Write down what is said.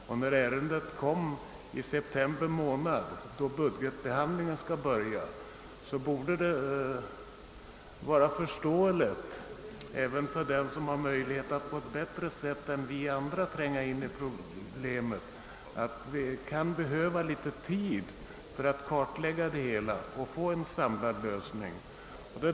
Eftersom ärendet kom i september då budgetbehandlingen börjar borde det vara förståeligt även för den som tror sig om på ett bättre sätt än vi andra kunna tränga in i problemet, att det kan behövas litet tid för att karilägga det hela och få en samlad lösning.